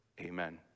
Amen